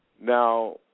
Now